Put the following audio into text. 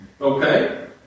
Okay